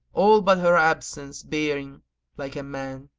all but her absence bear ing like a man